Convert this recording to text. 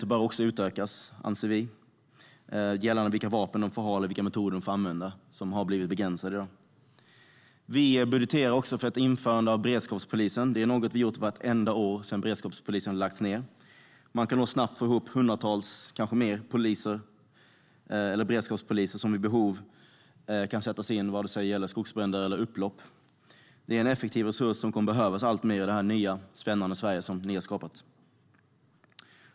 Vi anser också att piketens befogenheter bör utökas gällande vilka vapen de får ha och vilka metoder de får använda. Detta har begränsats. Vi budgeterar också för ett införande av beredskapspolisen. Det är något som vi har gjort varje år sedan den lades ned. Med en beredskapspolis kan man snabbt få ihop hundratals, kanske fler, beredskapspoliser som vid behov kan sättas in om det gäller skogsbränder eller upplopp. Det är en effektiv resurs som kommer att behövas alltmer i detta nya, spännande Sverige som ni har skapat.